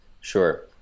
Sure